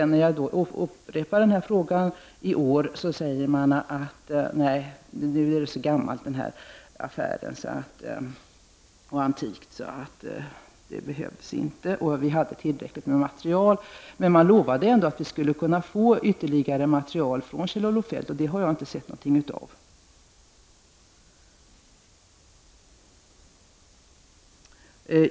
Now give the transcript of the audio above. När jag så upprepade min begäran i år, tyckte man att affären var så gammal och antik att det inte behövdes, att vi hade tillräckligt med material. Men man har ändå lovat att vi skulle kunna få ytterligare material från Kjell-Olof Feldt. Det har jag inte sett någonting av.